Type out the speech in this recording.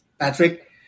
Patrick